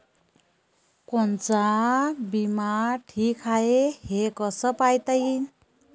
कोनचा बिमा ठीक हाय, हे कस पायता येईन?